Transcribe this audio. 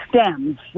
stems